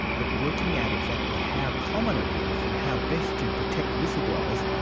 but working out exactly how common it is, and how best to protect whistleblowers,